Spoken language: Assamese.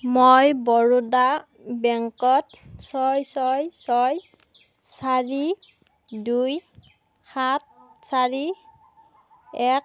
মই বৰোদা বেংকত ছয় ছয় ছয় চাৰি দুই সাত চাৰি এক